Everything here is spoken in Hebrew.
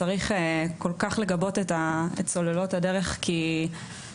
צריך כל-כך לגבות את סוללות הדרך האלה.